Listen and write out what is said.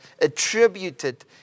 attributed